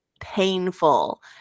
painful